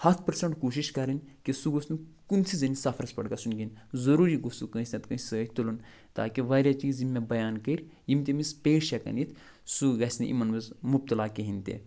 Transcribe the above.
ہَتھ پٔرسَنٛٹ کوٗشِش کَرٕنۍ کہِ سُہ گوٚژھ نہٕ کُنۍسٕے زٔنِس سفرَس پٮ۪ٹھ گژھُن کِہیٖنۍ ضٔروٗری گوٚژھ سُہ کٲنٛسہِ نَتہٕ کٲنٛسہِ سۭتۍ تُلُن تاکہِ واریاہ چیٖز یِم مےٚ بیان کٔرۍ یِم تیٚمِس پیش ہٮ۪کَن یِتھ سُہ گژھِ نہِ یِمَن منٛز مُبتلا کِہیٖنۍ تہِ